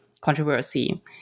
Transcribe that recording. controversy